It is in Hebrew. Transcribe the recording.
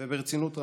וברצינות רבה: